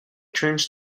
turns